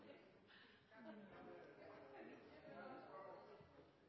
enda mer. Nå nærmer de